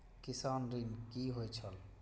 किसान ऋण की होय छल?